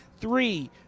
three